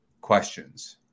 questions